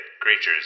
creatures